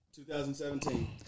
2017